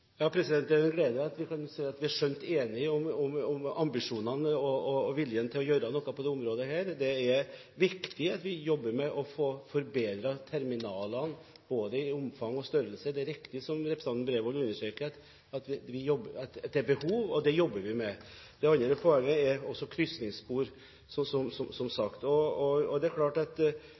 Det er gledelig at jeg kan si at vi er skjønt enige om ambisjonene og har en vilje til å gjøre noe på dette området. Det er viktig at vi jobber med å få forbedret terminalene, både i omfang og i størrelse. Det er riktig, som representanten Bredvold understreker, at det er behov for det, og det jobber vi med. Det andre poenget er krysningsspor, som nevnt. Landbruks- og matdepartementet jobber tett sammen med Samferdselsdepartementet og Fiskeridepartementet for å tilrettelegge for overgang til både jernbane og sjø. Det er